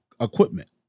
equipment